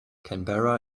canberra